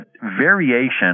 variation